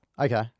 Okay